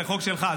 זה חוק שלך,